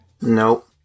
Nope